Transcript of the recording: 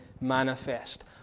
manifest